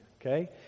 okay